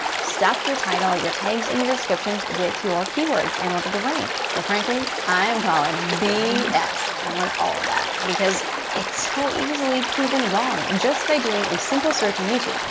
stuff your title, your tags and your descriptions with your keywords in order to rank. but frankly, i'm calling bs on all of that because it's so easily proven wrong just by doing a simple search on youtube.